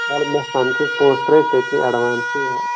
ولہٕ مےٚ سمکھِ زِ پوٗنٛسہٕ ترأوِتھ تتٔۍنٕے ایٚڈوانسٕے یا